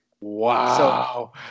wow